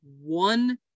one